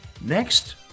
Next